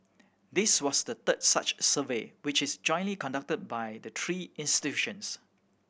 this was the third such survey which is jointly conducted by the three institutions